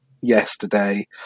yesterday